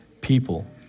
people